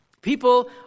People